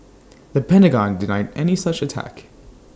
the Pentagon denied any such attack